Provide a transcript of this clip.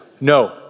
No